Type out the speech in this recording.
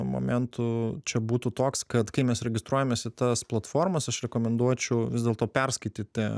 momentų čia būtų toks kad kai mes registruojamės į tas platformas aš rekomenduočiau vis dėlto perskaityti